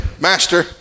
Master